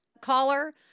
caller